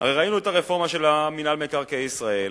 הרי ראינו את הרפורמה של מינהל מקרקעי ישראל,